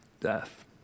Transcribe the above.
death